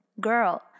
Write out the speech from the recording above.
Girl